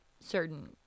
Certain